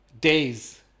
days